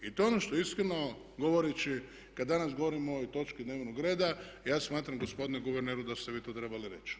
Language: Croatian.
I to je ono što iskreno govoreći kad danas govorimo o ovoj točki dnevnog reda ja smatram gospodine guverneru da ste vi to trebali reći.